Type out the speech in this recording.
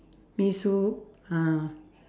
mee soup ah